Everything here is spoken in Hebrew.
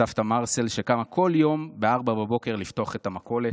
סבתא מרסל, שקמה כל יום ב-04:00 לפתוח את המכולת.